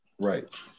Right